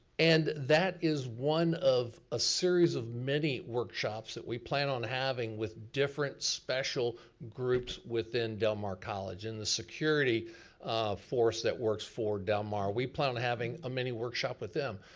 and that is one of a series of many workshops that we plan on having with different special groups within del mar college, and the security force that works for del mar. we plan on having a mini-workshop with them,